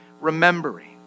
remembering